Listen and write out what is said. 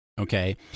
okay